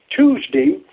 Tuesday